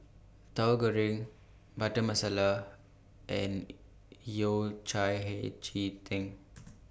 Tauhu Goreng Butter Masala and Yao Cai Hei Ji Tang